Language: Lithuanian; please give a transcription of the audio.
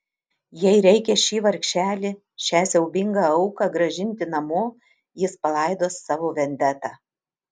jei reikia šį vargšelį šią siaubingą auką grąžinti namo jis palaidos savo vendetą